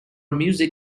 music